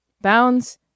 Bounds